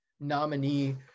nominee